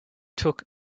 took